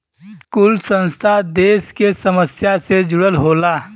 कुल संस्था देस के समस्या से जुड़ल होला